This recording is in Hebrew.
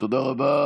תודה רבה.